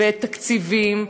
תקציבים,